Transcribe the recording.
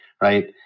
right